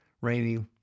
rainy